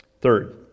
Third